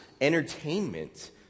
entertainment